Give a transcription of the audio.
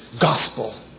gospel